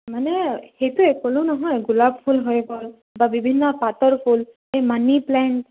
মানে সেইটোৱে ক'লো নহয় গোলাপ ফুল হৈ গ'ল বা বিভিন্ন পাতৰ ফুল এই মানি প্লেণ্ট